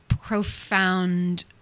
profound